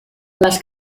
les